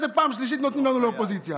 איזה פעם שלישית נותנים לנו לאופוזיציה.